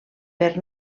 per